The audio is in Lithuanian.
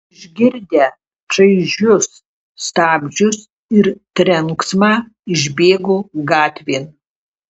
išgirdę čaižius stabdžius ir trenksmą išbėgo gatvėn